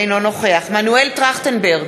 אינו נוכח מנואל טרכטנברג,